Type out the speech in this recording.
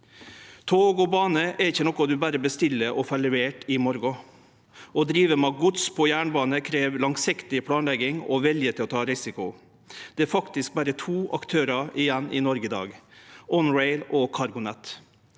Tog og bane er ikkje noko ein berre bestiller og får levert i morgon. Å drive med gods på jernbane krev langsiktig planlegging og vilje til å ta risiko. Det er faktisk berre to aktørar igjen i Noreg i dag, Onrail og CargoNet.